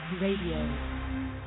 Radio